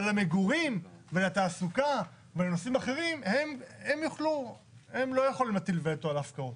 אבל למגורים ולתעסוקה ולנושאים אחרים הם לא יכולים להטיל וטו על הפקעות.